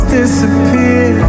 disappear